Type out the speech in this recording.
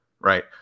Right